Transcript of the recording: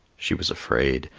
she was afraid,